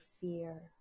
fear